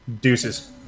deuces